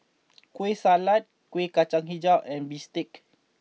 Kueh Salat Kuih Kacang HiJau and Bistake